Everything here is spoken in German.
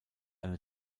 eine